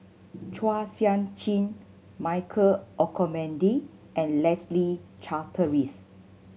Chua Sian Chin Michael Olcomendy and Leslie Charteris